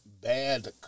bad